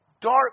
dark